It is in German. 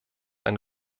ein